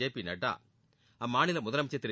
JP Nadda அம்மாநில முதலமைச்ச் திரு